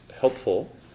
helpful